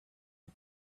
and